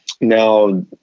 Now